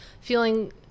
feeling